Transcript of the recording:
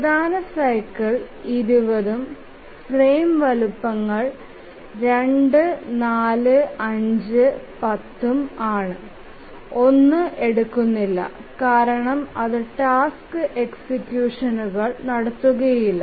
പ്രധാന സൈക്കിൾ 20 ഉം ഫ്രെയിം വലുപ്പങ്ങൾ 2 4 5 10 ഉം ആണ്1 എടുകുന്നില്ല കാരണം അത് ടാസ്ക് എക്സിക്യൂഷനുകൾ നടത്തുകയില്ല